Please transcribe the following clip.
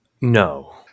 No